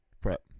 prep